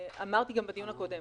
אמרתי גם בדיון הקודם,